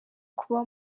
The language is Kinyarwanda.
kuba